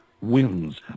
Wins